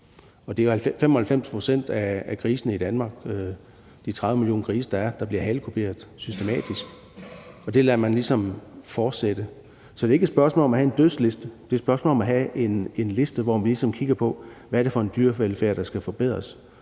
Det er 95 pct. af grisene i Danmark – de 30 millioner grise, der er – som bliver halekuperet systematisk, og det lader man ligesom fortsætte. Så det er ikke et spørgsmål om at have en dødsliste. Det er et spørgsmål om at have en liste, hvor vi kigger på, hvad det er for en dyrevelfærd, der skal forbedres.